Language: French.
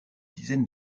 dizaine